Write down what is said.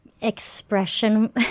expression